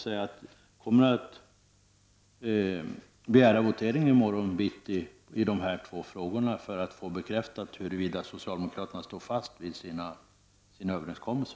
Jag kommer att begära rösträkning i morgon bitti beträffande dessa två frågor för att få bekräftat huruvida socialdemokraterna står fast vid sin överenskommelse.